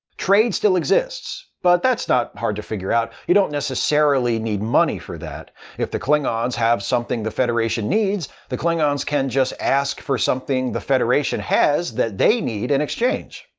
trade still exists, but that's not hard to figure out. you don't necessarily need money for that if the klingons have something the federation needs, the klingons can just ask for something the federation has that they need in exchange.